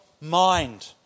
Mind